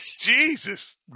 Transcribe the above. Jesus